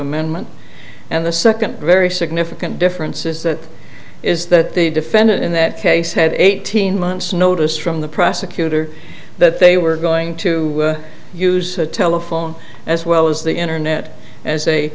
amendment and the second very significant difference is that is that the defendant in that case had eighteen months notice from the prosecutor that they were going to use the telephone as well as the internet as a